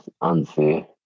Unfair